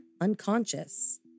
unconscious